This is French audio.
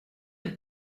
elle